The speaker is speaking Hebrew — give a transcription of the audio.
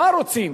מה רוצים,